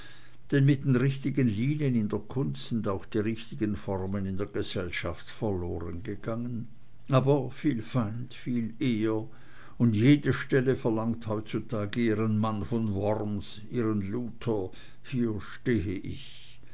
denn mit den richtigen linien in der kunst sind auch die richtigen formen in der gesellschaft verlorengegangen aber viel feind viel ehr und jede stelle verlangt heutzutage ihren mann von worms ihren luther hier stehe ich